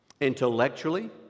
intellectually